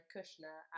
Kushner